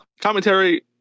commentary